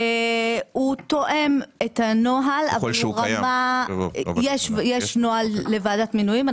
הוא תואם את הנוהל אבל יש נוהל לוועדת המינויים.